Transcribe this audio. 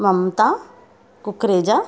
Mamta Kukreja